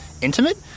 intimate